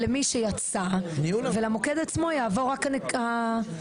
למי שיצא ולמוקד עצמו יעבור רק --- כן,